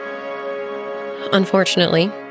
Unfortunately